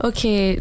Okay